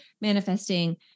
manifesting